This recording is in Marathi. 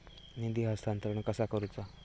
निधी हस्तांतरण कसा करुचा?